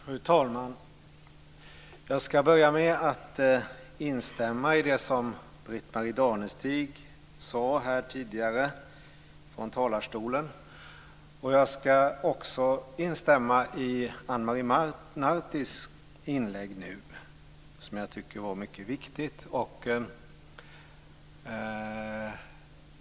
Fru talman! Jag ska börja med att instämma i det som Britt-Marie Danestig sade från talarstolen tidigare. Jag ska också instämma i Ana Maria Nartis inlägg, som jag tycker var mycket viktigt.